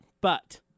But-